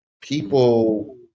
People